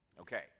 Okay